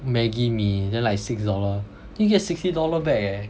Maggi mee then like six dollarn then you get sixty dollar back eh